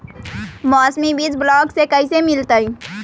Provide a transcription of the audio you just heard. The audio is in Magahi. मौसमी बीज ब्लॉक से कैसे मिलताई?